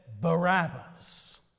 Barabbas